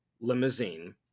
limousine